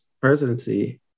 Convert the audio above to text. presidency